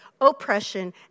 oppression